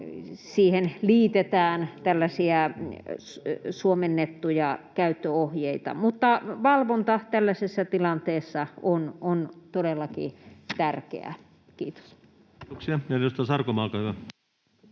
sijaan liitetään suomennettuja käyttöohjeita. Valvonta tällaisessa tilanteessa on todellakin tärkeää. — Kiitos. Kiitoksia. — Edustaja Sarkomaa, olkaa hyvä.